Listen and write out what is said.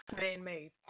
man-made